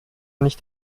nicht